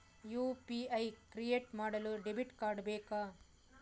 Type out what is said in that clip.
UPI create ಮಾಡಲು debit card ಬೇಕಾ?